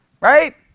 right